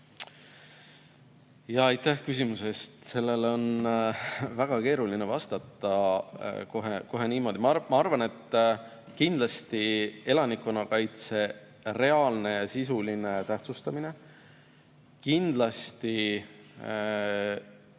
Aitäh küsimuse eest! Sellele on väga keeruline vastata kohe niimoodi. Ma arvan, et kindlasti elanikkonnakaitse reaalne ja sisuline tähtsustamine, kindlasti